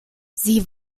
sie